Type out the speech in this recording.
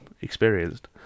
experienced